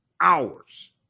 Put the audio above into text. hours